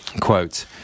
Quote